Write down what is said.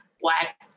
Black